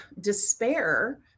despair